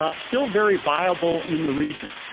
ah still very viable in the region,